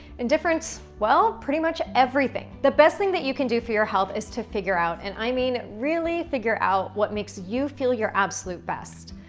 and different, well, pretty much everything. the best thing that you can do for your health is to figure out, and i mean really figure out what makes you feel your absolute best.